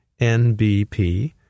nbp